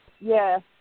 Yes